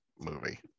movie